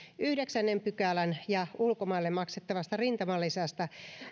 yhdeksännen pykälän ja ulkomaille maksettavasta rintamalisästä